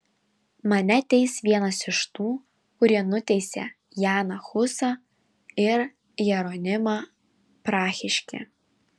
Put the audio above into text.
mane teis vienas iš tų kurie nuteisė janą husą ir jeronimą prahiškį